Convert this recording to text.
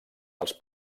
dels